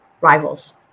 rivals